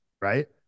right